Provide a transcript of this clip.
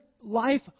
life